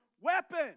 weapon